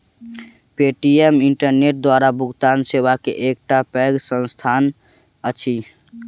Paytm internet द्वारा भुगतान सेवा के एकटा पैघ संस्थान अछि